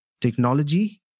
technology